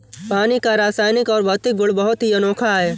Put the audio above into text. पानी का रासायनिक और भौतिक गुण बहुत ही अनोखा है